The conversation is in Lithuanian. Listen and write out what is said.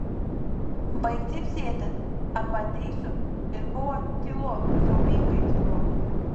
baik cypsėti arba ateisiu ir buvo tylu siaubingai tylu